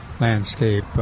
landscape